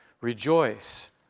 Rejoice